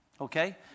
okay